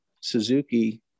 Suzuki